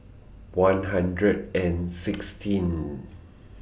one hundred and sixteen